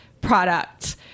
product